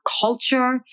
culture